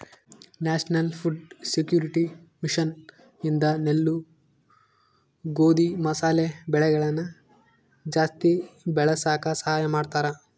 national food security mission ಇಂದ ನೆಲ್ಲು ಗೋಧಿ ಮಸಾಲೆ ಬೆಳೆಗಳನ ಜಾಸ್ತಿ ಬೆಳಸಾಕ ಸಹಾಯ ಮಾಡ್ತಾರ